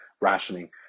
rationing